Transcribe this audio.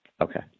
Okay